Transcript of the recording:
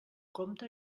compte